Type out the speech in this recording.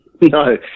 No